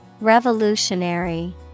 Revolutionary